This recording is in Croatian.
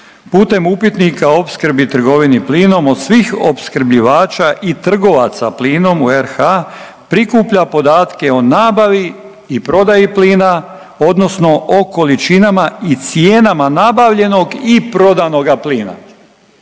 putem upitnika o opskrbi i trgovini plinom od svih opskrbljivača i trgovaca plinom u RH prikuplja podatke o nabavi i prodaji plina odnosno o količinama i cijenama nabavljenog i prodanoga plina.